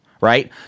right